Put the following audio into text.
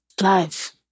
Life